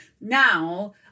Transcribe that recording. now